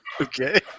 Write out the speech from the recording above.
Okay